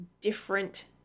different